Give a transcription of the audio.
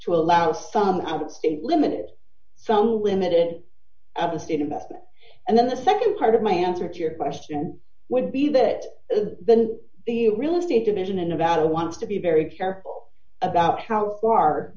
to allow some out of state limited somewhat limited of the state investment and then the nd part of my answer to your question would be that then the real estate division in nevada wants to be very careful about how far